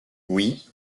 oui